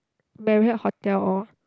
Marriott Hotel or